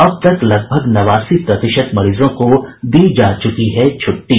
अब तक लगभग नवासी प्रतिशत मरीजों को दी जा चुकी है छुट्टी